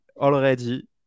already